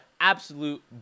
absolute